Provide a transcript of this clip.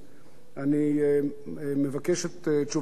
אני מבקש את תשובתך בעניין,